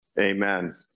Amen